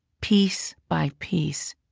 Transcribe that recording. piece by piece,